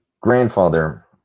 grandfather